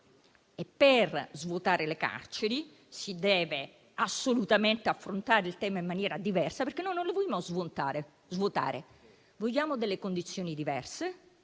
Per svuotare le carceri, si deve assolutamente affrontare il tema in maniera diversa, perché noi non lo vogliamo svuotare. Vogliamo delle condizioni diverse.